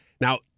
Now